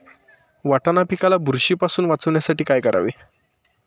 वाटाणा पिकाला बुरशीपासून वाचवण्यासाठी काय करावे?